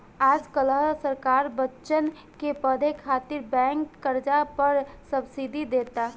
आज काल्ह सरकार बच्चन के पढ़े खातिर बैंक कर्जा पर सब्सिडी देता